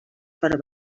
per